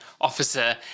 officer